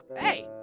hey,